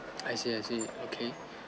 I see I see okay